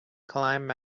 climb